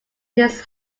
his